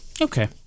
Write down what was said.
Okay